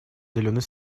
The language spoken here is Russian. зеленый